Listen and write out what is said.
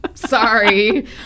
Sorry